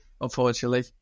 unfortunately